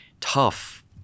tough